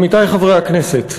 עמיתי חברי הכנסת,